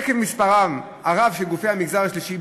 עקב מספרם הרב של גופי המגזר השלישי,